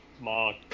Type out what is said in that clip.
Mark